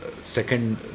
second